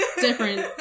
different